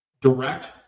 direct